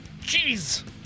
jeez